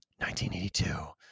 1982